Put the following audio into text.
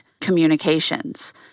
communications